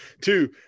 two